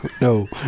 No